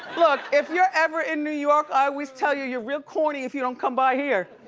look if you're ever in new york, i always tell you you're real corny if you don't come by here,